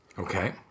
Okay